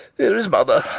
here is mother.